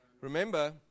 Remember